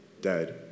dead